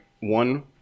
one